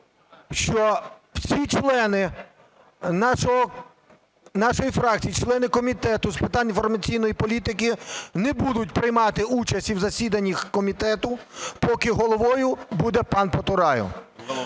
що всі члени нашої фракції, члени Комітету з питань інформаційної політики не будуть приймати участі в засіданнях комітету, поки головою буде пан Потураєв.